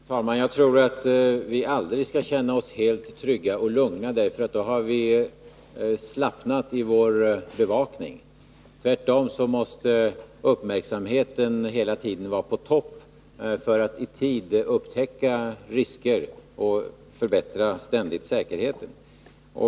Herr talman! Jag tror att vi aldrig skall känna oss helt trygga och lugna — då har vi slappnat i vår bevakning. Tvärtom måste uppmärksamheten hela tiden vara på topp för att man i tid skall kunna upptäcka risker och ständigt förbättra säkerheten.